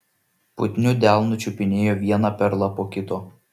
putniu delnu čiupinėjo vieną perlą po kito